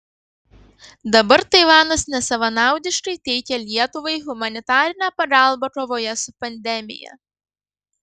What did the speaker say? dabar taivanas nesavanaudiškai teikia lietuvai humanitarinę pagalbą kovoje su pandemija